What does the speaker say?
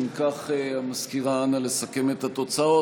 אם כך, המזכירה, אנא לסכם את התוצאות.